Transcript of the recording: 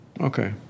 Okay